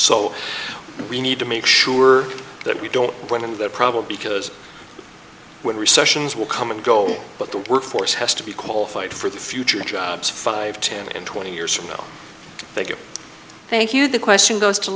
so we need to make sure that we don't one of the problem because when recessions will come and go but the workforce has to be qualified for the future jobs five ten and twenty years from now thank you thank you the question goes to